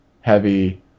heavy